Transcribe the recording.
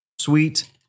sweet